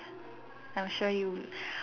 I'm sure you